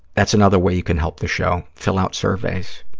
that's another way you can help the show, fill out surveys.